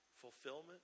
Fulfillment